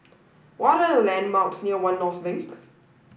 what are the landmarks near One North Link